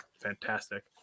fantastic